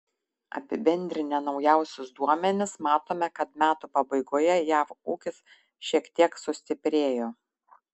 apibendrinę naujausius duomenis matome kad metų pabaigoje jav ūkis šiek tiek sustiprėjo